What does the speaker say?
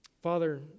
Father